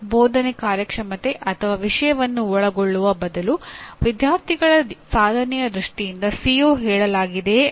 ಇದಕ್ಕೆ ಉದಾಹರಣೆಯಾಗಿ ಟಿಪ್ಪಣಿ ತೆಗೆದುಕೊಳ್ಳುವಿಕೆ ಚರ್ಚೆ ನಿಯೋಜನೆ ಬರವಣಿಗೆ ಮತ್ತು ಸಿಮ್ಯುಲೇಶನ್ಗಳು